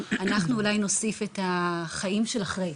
אנחנו לא נחזור על הדברים אלא נוסיף ונספר על החיים של אחרי.